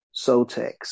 Soltex